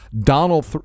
Donald